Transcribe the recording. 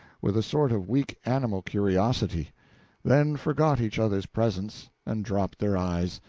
with a sort of weak animal curiosity then forgot each other's presence, and dropped their eyes,